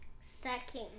Second